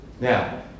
Now